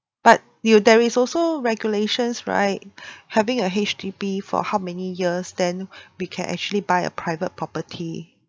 but you there is also regulations right having a H_D_B for how many years then we can actually buy a private property